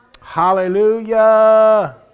Hallelujah